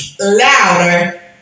louder